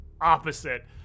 opposite